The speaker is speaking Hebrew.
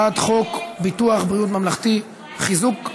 על הצעת חוק ביטוח בריאות ממלכתי (תיקון,